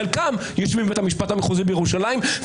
חלקם יושבים בבית המשפט המחוזי בירושלים,